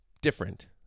different